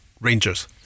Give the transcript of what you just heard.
Rangers